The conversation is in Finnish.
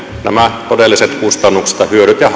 nämä todelliset kustannukset ja hyödyt ja